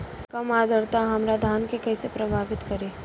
कम आद्रता हमार धान के कइसे प्रभावित करी?